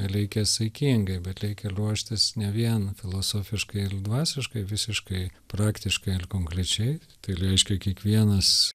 reikia saikingai bet reikia ruoštis ne vien filosofiškai ir dvasiškai visiškai praktiškai ir konkrečiai tai reiškia kiekvienas